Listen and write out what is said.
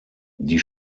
die